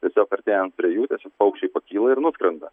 tiesiog artėjant prie jų tiesiog paukščiai pakyla ir nuskrenda